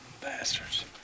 bastards